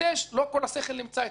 לא כל השכל נמצא אצלנו.